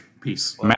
Peace